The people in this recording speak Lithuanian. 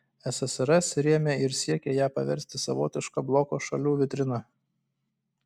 ssrs rėmė ir siekė ją paversti savotiška bloko šalių vitrina